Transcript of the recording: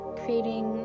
creating